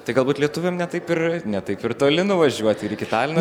tai galbūt lietuviam ne taip ir ne taip ir toli nuvažiuoti ir iki talino